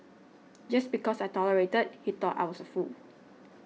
just because I tolerated he thought I was a fool